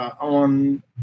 on